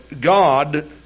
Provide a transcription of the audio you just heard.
God